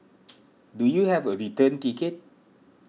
do you have a return ticket